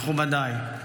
מכובדיי,